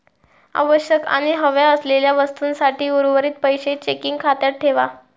आवश्यक आणि हव्या असलेल्या वस्तूंसाठी उर्वरीत पैशे चेकिंग खात्यात ठेवा